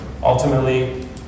Ultimately